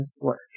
work